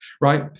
right